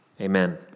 Amen